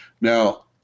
Now